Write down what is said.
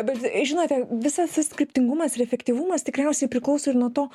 bet žinote visas tas kryptingumas ir efektyvumas tikriausiai priklauso ir nuo to